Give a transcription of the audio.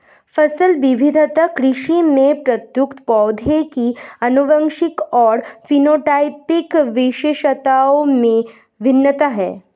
फसल विविधता कृषि में प्रयुक्त पौधों की आनुवंशिक और फेनोटाइपिक विशेषताओं में भिन्नता है